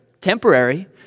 temporary